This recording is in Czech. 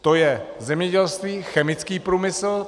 To je zemědělství, chemický průmysl.